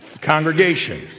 congregation